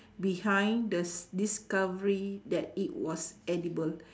behind thes discovery that it was edible